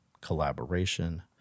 collaboration